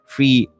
Free